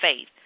faith